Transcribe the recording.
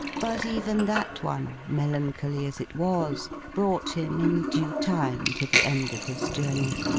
but, even that one, melancholy as it was, brought him, in due time, to the end of his journey.